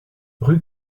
rue